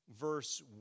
verse